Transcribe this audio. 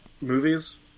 Movies